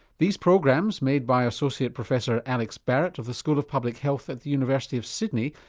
these programs, made by associate professor alex barratt of the school of public health at the university of sydney,